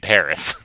Paris